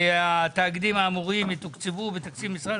מתחיל בחינוך